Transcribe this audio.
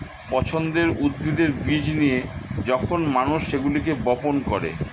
পছন্দের উদ্ভিদের বীজ নিয়ে যখন মানুষ সেগুলোকে বপন করে